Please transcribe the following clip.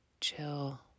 chill